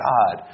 God